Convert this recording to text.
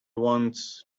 wants